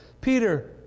Peter